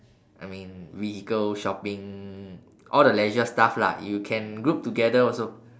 I mean vehicle shopping all the leisure stuff lah you can group together also